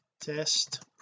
test